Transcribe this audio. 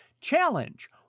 Challenge